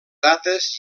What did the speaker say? dates